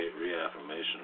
Reaffirmation